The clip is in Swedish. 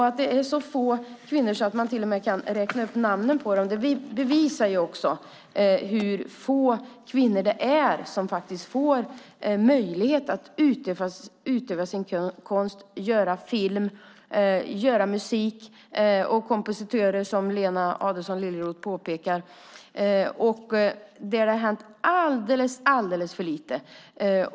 Att det är så få kvinnor att man till och med kan räkna upp namnen på dem bevisar ju också hur få kvinnor det är som faktiskt får möjlighet att utöva sin konst, göra film, göra musik och vara kompositörer, som Lena Adelsohn Liljeroth påpekar. Det har hänt alldeles för lite.